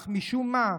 אך משום מה,